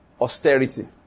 austerity